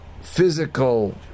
physical